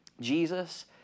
Jesus